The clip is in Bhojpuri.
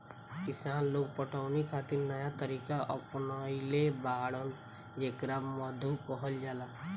किसान लोग पटवनी खातिर नया तरीका अपनइले बाड़न जेकरा मद्दु कहल जाला